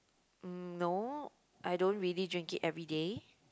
mm no I don't really drink it everyday